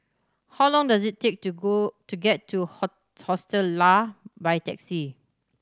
how long does it take to go to get to Hostel Lah by taxi